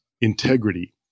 integrity